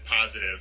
positive